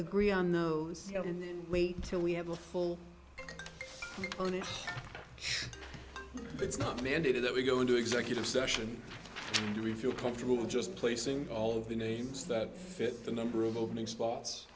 on the wait until we have a full on and it's not mandated that we go into executive session do we feel comfortable with just placing all of the names that fit the number of opening spots